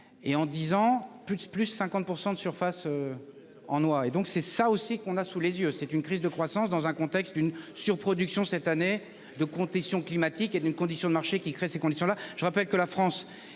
Et en disant plus plus 50% de surface. En noix et donc c'est ça aussi qu'on a sous les yeux, c'est une crise de croissance dans un contexte d'une surproduction cette année de conditions climatiques et d'une condition de marché qui crée ces conditions là, je rappelle que la France